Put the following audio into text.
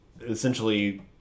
essentially